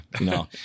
No